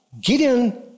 Gideon